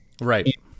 Right